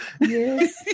Yes